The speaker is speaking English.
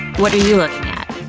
what are you looking at?